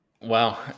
Wow